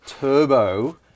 Turbo